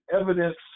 evidence